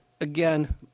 Again